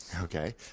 Okay